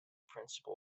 principal